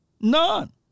none